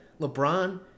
LeBron